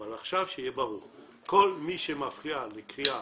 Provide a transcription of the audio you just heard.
אבל עכשיו שיהיה ברור שכל מי שמפריע לקריאה,